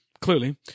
clearly